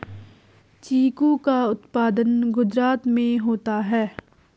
चीकू का उत्पादन गुजरात में होता है